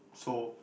so